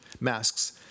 masks